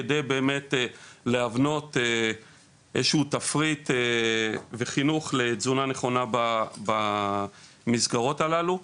כדי באמת להבנות תפריט וחינוך לתזונה נכונה במסגרות הללו.